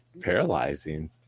paralyzing